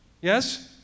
Yes